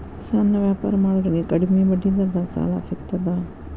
ಸಣ್ಣ ವ್ಯಾಪಾರ ಮಾಡೋರಿಗೆ ಕಡಿಮಿ ಬಡ್ಡಿ ದರದಾಗ್ ಸಾಲಾ ಸಿಗ್ತದಾ?